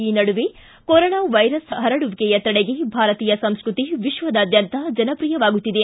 ಈ ನಡುವೆ corona virus ಹರಡುವಿಕೆಯ ತಡೆಗೆ ಭಾರತೀಯ ಸಂಸ್ಕೃತಿ ವಿಶ್ವದಾದ್ಯಂತ ಜನಪ್ರಿಯವಾಗುತ್ತಿದೆ